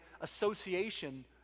association